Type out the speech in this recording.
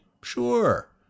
Sure